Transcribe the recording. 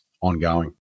ongoing